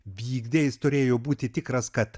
vykdė jis turėjo būti tikras kad